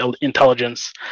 intelligence